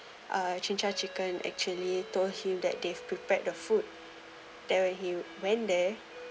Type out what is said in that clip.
uh jinjja chicken actually told him that they've prepared the food then when he went there